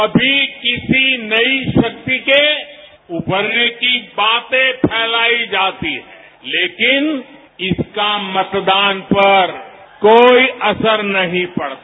कभी किसी नई शक्ति के उभरने की बातें फैलाई जाती है लेकिन इसका मतदान पर कोई असर नहीं पड़ता